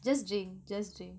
just drink just drink